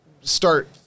start